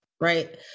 right